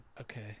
Okay